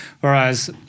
Whereas